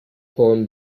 poem